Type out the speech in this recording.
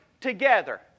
together